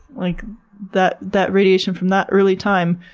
like that that radiation from that early time,